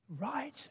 right